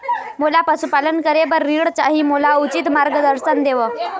मोला पशुपालन करे बर ऋण चाही, मोला उचित मार्गदर्शन देव?